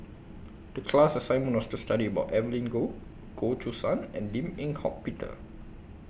The class assignment was to study about Evelyn Goh Goh Choo San and Lim Eng Hock Peter